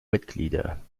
mitglieder